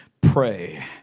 Pray